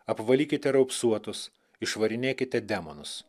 apvalykite raupsuotus išvarinėkite demonus